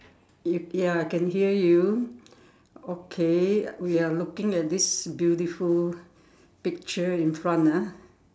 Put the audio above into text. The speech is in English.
you ya can hear you okay we are looking at this beautiful picture in front ah